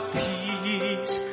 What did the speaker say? peace